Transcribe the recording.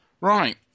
Right